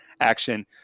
action